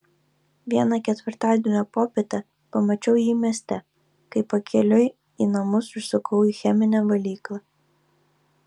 vieną ketvirtadienio popietę pamačiau jį mieste kai pakeliui į namus užsukau į cheminę valyklą